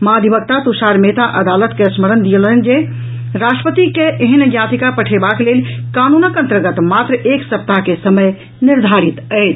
महाधिवक्ता तुषार मेहता अदालत के स्मरण दियौलनि जे राष्ट्रपति के एहेन याचिका पठेबाक लेल कानूनक अंतर्गत मात्र एक सप्ताह के समय निर्धारित अछि